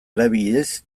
erabiliz